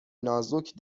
نازک